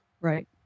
Right